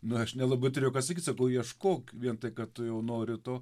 na aš nelabai trurėjau ką sakyt sakau ieškok vien tai kad tu jau nori to